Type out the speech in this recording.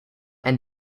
and